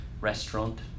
restaurant